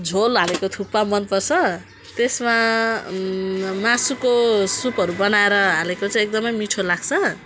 झोल हालेको थुक्पा मनपर्छ त्यसमा मासुको सुपहरू बनाएर हालेको चाहिँ एकदमै मिठो लाग्छ